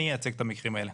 אני אייצג את המקרים האלה.